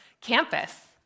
campus